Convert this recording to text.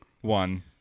One